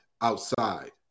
outside